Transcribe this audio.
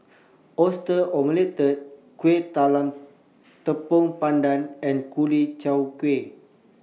Oyster Omelette Kuih Talam Tepong Pandan and Ku Chai Kueh